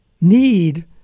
need